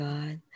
God